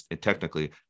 technically